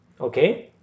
okay